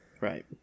Right